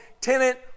tenant